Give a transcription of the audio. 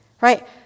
right